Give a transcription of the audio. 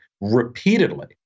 repeatedly